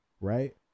right